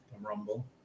rumble